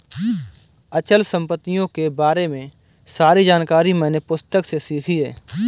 अचल संपत्तियों के बारे में सारी जानकारी मैंने पुस्तक से सीखी है